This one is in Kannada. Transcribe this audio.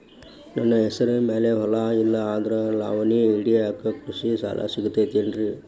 ನನ್ನ ಹೆಸರು ಮ್ಯಾಲೆ ಹೊಲಾ ಇಲ್ಲ ಆದ್ರ ಲಾವಣಿ ಹಿಡಿಯಾಕ್ ಕೃಷಿ ಸಾಲಾ ಸಿಗತೈತಿ ಏನ್ರಿ?